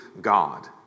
God